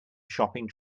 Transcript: shopping